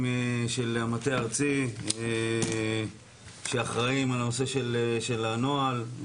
של המטה הארצי שאחראים על הנושא של הנוהל,